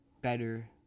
better